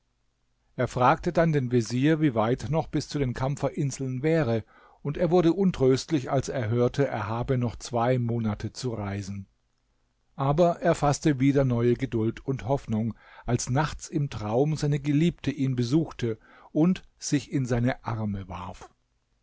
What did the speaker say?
er fragte dann den vezier wie weit noch bis zu den kampferinseln wäre und er wurde untröstlich als er hörte er habe noch zwei monate zu reisen aber er faßte wieder neue geduld und hoffnung als nachts im traum seine geliebte ihn besuchte und sich in seine arme warf